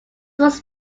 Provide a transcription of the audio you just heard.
was